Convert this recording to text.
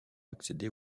accéder